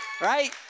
right